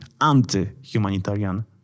anti-humanitarian